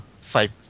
fight